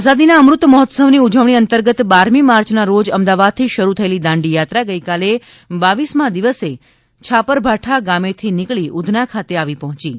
આઝાદીના અમૃત મહોત્સવની ઉજવણી અંતર્ગત બારમી માર્ચના રોજ અમદાવાદથી શરૂ થયેલી દાંડીયાત્રા ગઇકાલે બાવીસમાં દિવસે છાપરભાઠા ગામેથી નીકળી ઉધના ખાતે આવી પહોંચી હતી